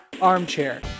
armchair